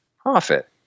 profit